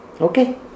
Okay